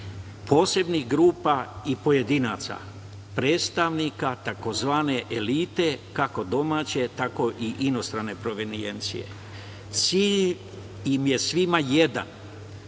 posebnih grupa i pojedinaca, predstavnika tzv. elite kako domaće, tako i inostrane provenijencije. Cilj im je svima jedan,